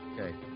Okay